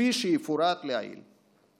כפי שיפורט להלן.